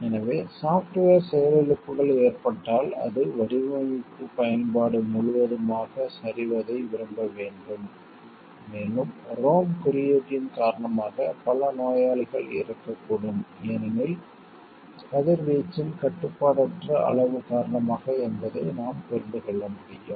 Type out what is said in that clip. எனவே சாப்ட்வேர் செயலிழப்புகள் ஏற்பட்டால் அது வடிவமைப்பு பயன்பாடு முழுவதுமாக சரிவதை விரும்ப வேண்டும் மேலும் ROM குறியீட்டின் காரணமாக பல நோயாளிகள் இறக்கக்கூடும் ஏனெனில் கதிர்வீச்சின் கட்டுப்பாடற்ற அளவு காரணமாக என்பதை நாம் புரிந்து கொள்ள முடியும்